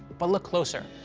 but look closer.